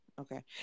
okay